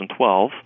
2012